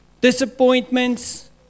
disappointments